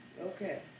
okay